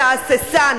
אתה הססן,